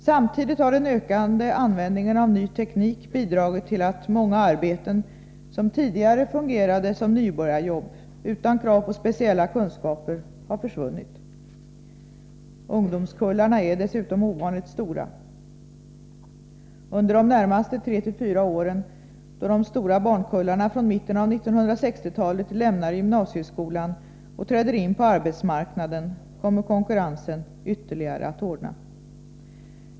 Samtidigt har den ökande användningen av ny teknik bidragit till att många arbeten som tidigare fungerade som nybörjarjobb utan krav på speciella kunskaper har försvunnit. Ungdomskullarna är dessutom ovanligt stora. Under de närmaste tre fyra åren, då de stora barnkullarna från mitten av 1960-talet lämnar gymnasieskolan och träder in på arbetsmarknaden, kommer konkurrensen ytterligare att hårdna.